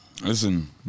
listen